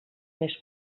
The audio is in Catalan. més